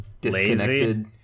disconnected